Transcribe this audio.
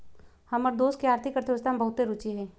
हमर दोस के आर्थिक अर्थशास्त्र में बहुते रूचि हइ